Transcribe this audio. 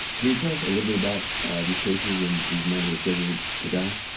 can you tell us a little bit about these cases and these men who are scheduled to die?